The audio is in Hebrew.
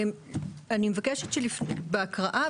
בהקראה,